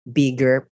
bigger